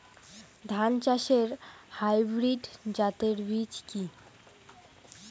ধান চাষের হাইব্রিড জাতের বীজ কি?